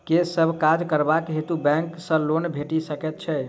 केँ सब काज करबाक हेतु बैंक सँ लोन भेटि सकैत अछि?